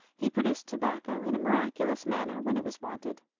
he produced tobacco in a miraculous manner when it was wanted.